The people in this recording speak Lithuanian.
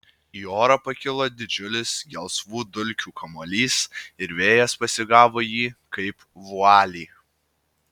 į orą pakilo didžiulis gelsvų dulkių kamuolys ir vėjas pasigavo jį kaip vualį